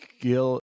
Gil